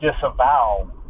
disavow